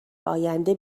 آینده